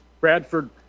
Bradford